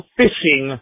fishing